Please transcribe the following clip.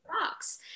box